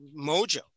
mojo